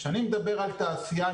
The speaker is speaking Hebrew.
כשאני מדבר על תעשייה,